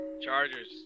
Chargers